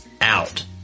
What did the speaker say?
out